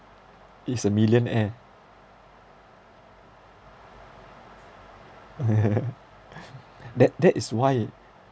is a millionaire that that is why